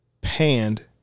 panned